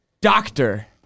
doctor